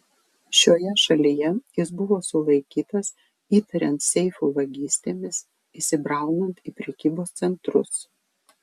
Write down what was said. šioje šalyje jis buvo sulaikytas įtariant seifų vagystėmis įsibraunant į prekybos centrus